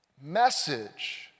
message